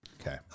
Okay